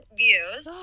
views